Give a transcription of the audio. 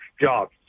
jobs